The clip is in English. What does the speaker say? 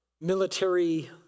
military